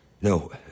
No